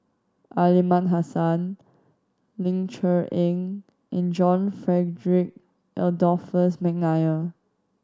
Aliman Hassan Ling Cher Eng and John Frederick Adolphus McNair